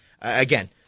again